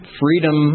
freedom